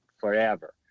forever